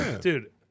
Dude